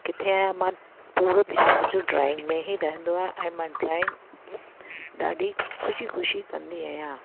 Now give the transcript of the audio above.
किथे आहियां मां पूरो ध्यानु मुंहिंजो ड्राइंग में ई रहंदो आहे ऐं मां ड्राइंग ॾाढी ख़ुशी ख़ुशी कंदी आहियां